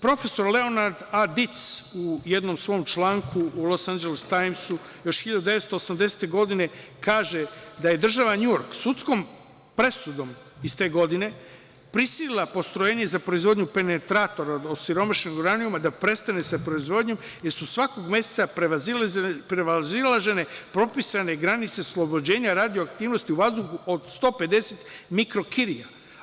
Profesor Leonard Adic (Diletz) u jednom svom članku u „Losanđelos tajmsu“ još 1980. godine kaže da je Država NJujork sudskom presudom iz te godine prisilila postrojenje za proizvodnju penetratora osiromašenog uranijuma da prestane sa proizvodnjom, jer su svakog meseca prevazilažene propisane granice oslobođenja radioaktivnosti u vazduhu od 150 mikro-kirija.